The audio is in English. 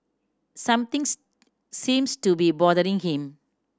something seems to be bothering him